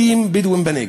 בתים של בדואים בנגב,